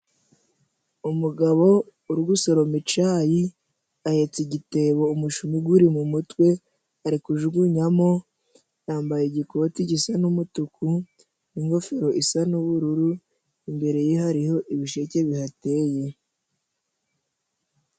Umugabo uri gusoroma icayi ahetse igitebo umushumi guri mu mutwe ari kujugunyamo, yambaye igikoti gisa n'umutuku, ingofero isa n'ubururu, imbere ye hariho ibisheke bihateye.